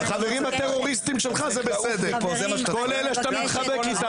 כל אלה שאתה מתחבק איתם,